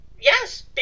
Yes